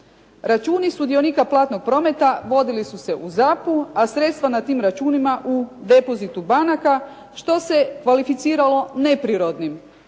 Računi sudionika platnog prometa vodili su se u ZAP-u, a sredstva na tim računima u depozitu banaka što se kvalificiralo neprirodnim,